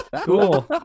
cool